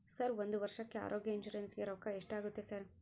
Sir ಒಂದು ವರ್ಷಕ್ಕೆ ಆರೋಗ್ಯ ಇನ್ಶೂರೆನ್ಸ್ ಗೇ ರೊಕ್ಕಾ ಎಷ್ಟಾಗುತ್ತೆ ಸರ್?